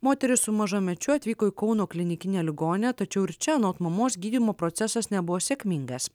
moteris su mažamečiu atvyko į kauno klinikinę ligoninę tačiau ir čia anot mamos gydymo procesas nebuvo sėkmingas